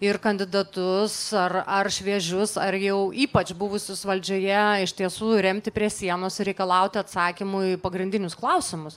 ir kandidatus ar ar šviežius ar jau ypač buvusius valdžioje iš tiesų remti prie sienos ir reikalauti atsakymų į pagrindinius klausimus